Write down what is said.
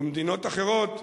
ומדינות אחרות,